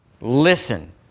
Listen